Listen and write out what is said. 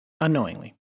Unknowingly